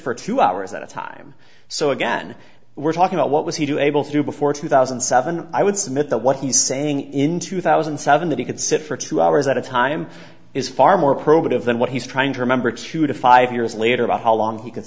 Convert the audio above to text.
for two hours at a time so again we're talking about what was he to able to do before two thousand and seven i would submit that what he's saying in two thousand and seven that he can sit for two hours at a time is far more probative than what he's trying to remember two to five years later about how long he c